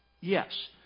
Yes